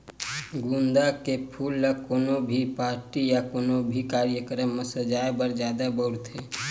गोंदा के फूल ल कोनो भी पारटी या कोनो भी कार्यकरम म सजाय बर जादा बउरथे